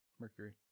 Mercury